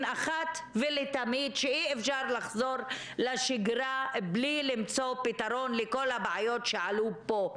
אחת ולתמיד שאי-אפשר לחזור לשגרה בלי למצוא פתרון לכל הבעיות שעלו פה.